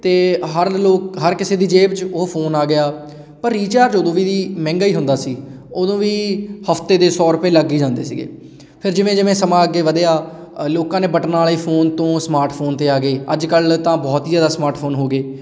ਅਤੇ ਹਰ ਲੋਕ ਹਰ ਕਿਸੇ ਦੀ ਜੇਬ 'ਚ ਉਹ ਫੋਨ ਆ ਗਿਆ ਪਰ ਰੀਚਾਰਜ ਉਦੋਂ ਵੀ ਮਹਿੰਗਾ ਹੀ ਹੁੰਦਾ ਸੀ ਉਦੋਂ ਵੀ ਹਫ਼ਤੇ ਦੇ ਸੌ ਰੁਪਏ ਲੱਗ ਹੀ ਜਾਂਦੇ ਸੀਗੇ ਫਿਰ ਜਿਵੇਂ ਜਿਵੇਂ ਸਮਾਂ ਅੱਗੇ ਵਧਿਆ ਲੋਕਾਂ ਨੇ ਬਟਨ ਵਾਲੇ ਫੋਨ ਤੋਂ ਸਮਾਰਟ ਫੋਨ 'ਤੇ ਆ ਗਏ ਅੱਜ ਕੱਲ੍ਹ ਤਾਂ ਬਹੁਤ ਹੀ ਜ਼ਿਆਦਾ ਸਮਾਰਟ ਫੋਨ ਹੋ ਗਏ